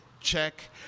check